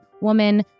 woman